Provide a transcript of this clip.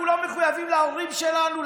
אנחנו לא מחויבים להורים שלנו,